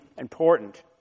important